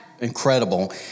Incredible